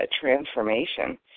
transformation